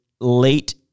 late